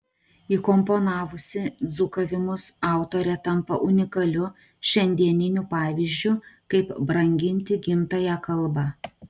įkomponavusi dzūkavimus autorė tampa unikaliu šiandieniniu pavyzdžiu kaip branginti gimtąją kalbą